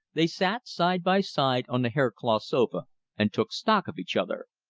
they sat side by side on the haircloth sofa and took stock of each other.